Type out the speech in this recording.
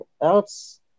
else